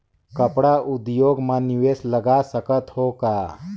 कपड़ा उद्योग म निवेश लगा सकत हो का?